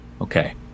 Okay